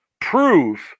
prove